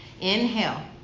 Inhale